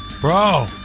Bro